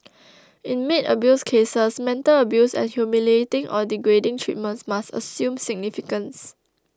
in maid abuse cases mental abuse and humiliating or degrading treatment must assume significance